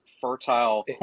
fertile